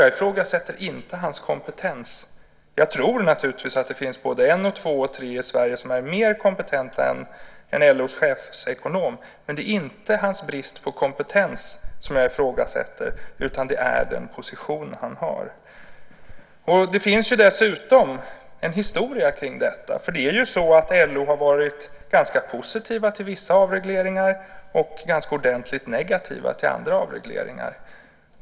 Jag ifrågasätter inte hans kompetens. Även om jag naturligtvis tror att det finns inte bara en utan även två eller tre i Sverige som är mer kompetenta än LO:s chefsekonom, är det inte hans brist på kompetens som jag ifrågasätter utan det är den position som han har. Det finns dessutom en historia kring detta. LO har ju varit ganska positivt till vissa avregleringar och ganska ordentligt negativt till andra avregleringar.